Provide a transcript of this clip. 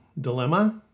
Dilemma